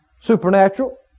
supernatural